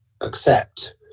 accept